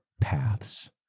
paths